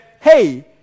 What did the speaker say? Hey